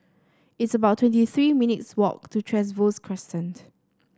it's about twenty three minutes' walk to Trevose Crescent